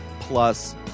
Plus